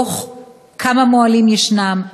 דוח כמה מוהלים ישנם,